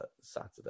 saturday